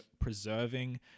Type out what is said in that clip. preserving